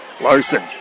Larson